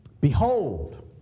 Behold